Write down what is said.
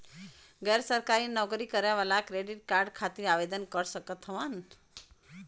गैर सरकारी नौकरी करें वाला क्रेडिट कार्ड खातिर आवेदन कर सकत हवन?